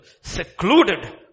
secluded